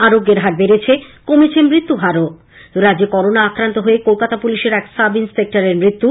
আরোগ্যের হার বেড়েছে কমেছে মৃত্যু হারও রাজ্যে করোনা আক্রান্ত হয়ে কলকাতা পুলিশের এক সাব ইন্সপেক্টরের মৃত্যু